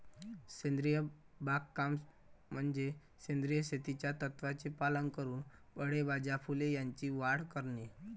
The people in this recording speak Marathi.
सेंद्रिय बागकाम म्हणजे सेंद्रिय शेतीच्या तत्त्वांचे पालन करून फळे, भाज्या, फुले यांची वाढ करणे